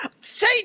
Say